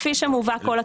כפי שמובא כל התקציב.